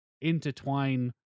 intertwine